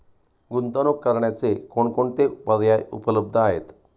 गुंतवणूक करण्याचे कोणकोणते पर्याय उपलब्ध आहेत?